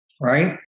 right